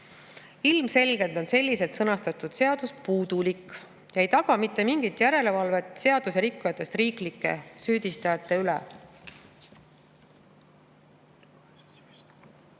Ilmselgelt on selliselt sõnastatud seadus puudulik ega taga mitte mingit järelevalvet seadusrikkujatest riiklike süüdistajate üle.